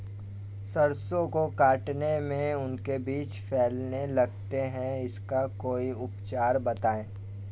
सरसो को काटने में उनके बीज फैलने लगते हैं इसका कोई उपचार बताएं?